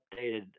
updated